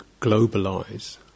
globalize